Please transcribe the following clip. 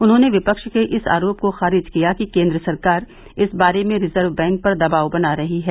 उन्होंने विपक्ष के इस आरोप को खारिज किया कि केंद्र सरकार इस बारे में रिजर्व बैंक पर दबाव बना रही है